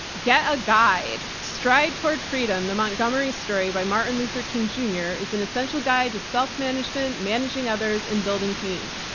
get a guide. stride toward freedom, the montgomery story by martin luther king junior is an essential guide to self management, managing others and building teams.